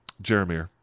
Jeremiah